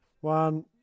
One